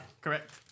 Correct